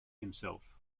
himself